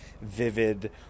vivid